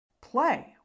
Play